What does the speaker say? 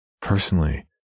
Personally